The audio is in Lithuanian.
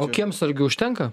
o kiemsargiui užtenka